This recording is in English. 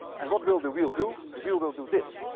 and what will the wheel do? the wheel will do this.